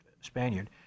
Spaniard